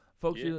Folks